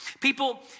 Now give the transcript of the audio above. People